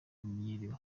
bimenyerewe